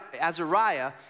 Azariah